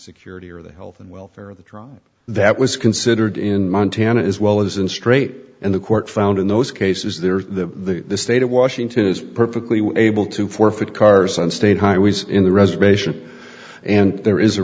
security or the health and welfare of the drug that was considered in montana as well as in stray and the court found in those cases there the state of washington is perfectly able to forfeit cars on state highways in the reservation and there is a